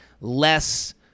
less